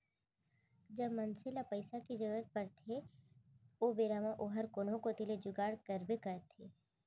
जब मनसे ल पइसा के जरूरत परथे ओ बेरा म ओहर कोनो कोती ले जुगाड़ करबे करथे